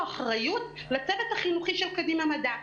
אחריות לצוות החינוכי של קדימה מדע.